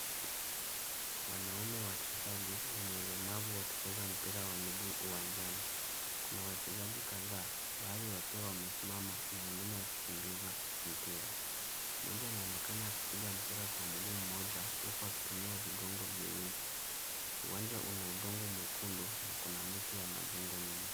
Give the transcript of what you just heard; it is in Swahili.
Wanaume wachezaji wenye ulemavu wakicheza mpira wa miguu uwanjani. Kuna wachezaji kadhaa, baadhi wakiwa wamesimama na wengine wakikimbiza mpira. Mmoja anaonekana akipiga mpira kwa mguu mmoja huku akitumia migongo miwili. Uwanja una udongo mwekundu na kuna miti na majengo nyuma.